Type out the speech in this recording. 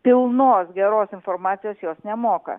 pilnos geros informacijos jos nemoka